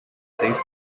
três